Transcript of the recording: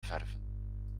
verven